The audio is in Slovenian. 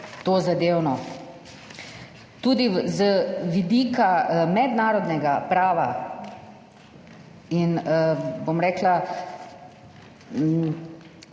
tozadevno. Tudi z vidika mednarodnega prava in, bom rekla,